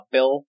Bill